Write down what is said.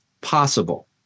possible